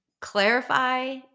clarify